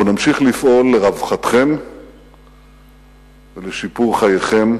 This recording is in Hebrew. אנחנו נמשיך לפעול לרווחתכם ולשיפור חייכם,